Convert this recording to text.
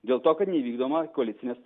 dėl to kad neįvykdoma koalicinė